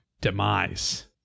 demise